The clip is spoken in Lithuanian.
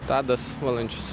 tadas valančius